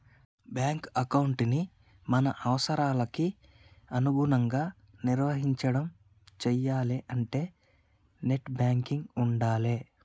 bank ఎకౌంటుని మన అవసరాలకి అనుగుణంగా నిర్వహించడం చెయ్యాలే అంటే నెట్ బ్యాంకింగ్ ఉండాలే